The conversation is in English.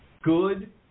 good